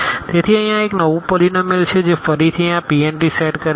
તેથી અહીં આ એક નવું પોલીનોમીઅલ છે જે ફરીથી આ Pn સેટ કરે છે